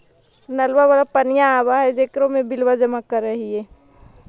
नलवा वाला पनिया आव है जेकरो मे बिलवा जमा करहिऐ?